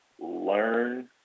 learn